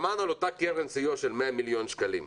שמענו על אותה קרן סיוע של 100 מיליון שקלים.